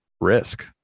risk